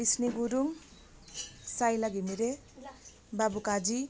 Bisne Gurung Sainla Ghimire Babukaji